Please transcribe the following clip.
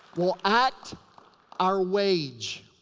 we'll act our wage.